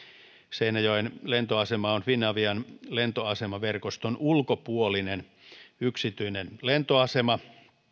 seinäjoen lentoasema on finavian lentoasemaverkoston ulkopuolinen yksityinen lentoasema